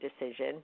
decision